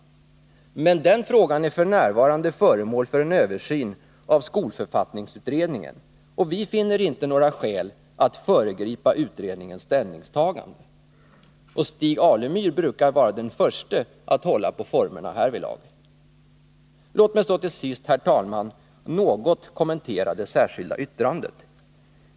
Men den frågan är f. n. föremål för en översyn av skolförfattningsutredningen, och vi finner inte några skäl att föregripa utredningens ställningstaganden. Stig Alemyr brukar vara den förste att hålla på formerna härvidlag. Låt mig så till sist, herr talman, något kommentera det särskilda yttrandet.